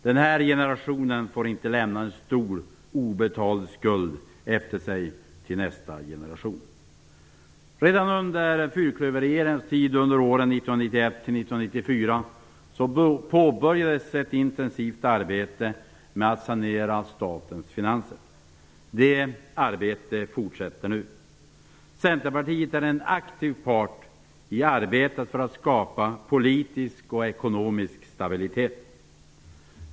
Den här generationen får inte lämna en stor obetald skuld efter sig till nästa generation. Redan under fyrklöverregeringens tid under åren 1991-1994 påbörjades ett intensivt arbete med att sanera statens finanser. Det arbetet fortsätter nu. Centerpartiet är en aktiv part i arbetet för att skapa politisk och ekonomisk stabilitet.